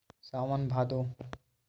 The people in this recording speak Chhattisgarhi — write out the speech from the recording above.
सावन भादो